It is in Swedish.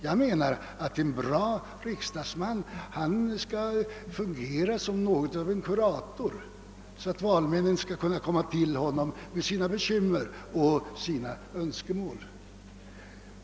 Jag menar att en bra riksdagsman skall fungera som något av en kurator, så att valmännen kan komma till honom med sina bekymmer och sina önskemål.